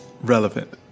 relevant